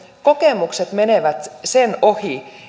kokemukset menevät sen ohi